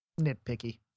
nitpicky